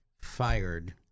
fired